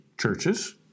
churches